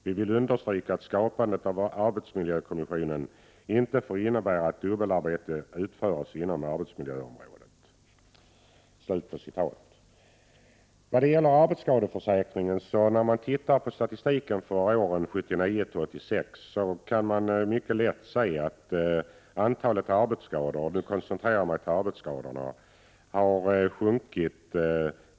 Vi vill understryka att skapandet av arbetsmiljökommissionen inte får innebära att dubbelarbete utförs inom arbetsmiljöområdet.” När man studerar statistiken vad gäller arbetsskadeförsäkringen för åren 1979-1986, kan man mycket lätt se att antalet arbetsskador har sjunkit.